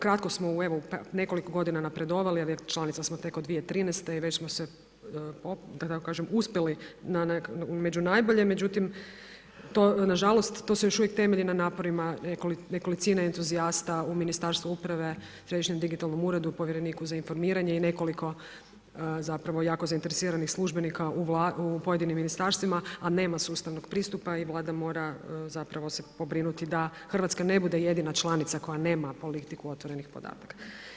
Kratko smo evo u nekoliko godina napredovali, članica smo tek od 2013. i već smo se da tako kažem, uspeli među najbolje, međutim to nažalost, to se još uvijek temelji na naporima nekolicine entuzijasta u Ministarstvu uprave, Središnjem digitalnom uredu, povjereniku za informiranje i nekoliko jako zainteresiranih službenika u pojedinim ministarstvima a nema sustavnog pristupa i Vlada mora zapravo se pobrinuti da Hrvatska ne bude jedina članica koja nema politiku otvorenih podataka.